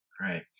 right